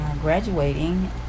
graduating